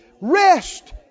Rest